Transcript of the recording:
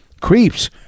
Creeps